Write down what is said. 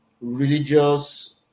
religious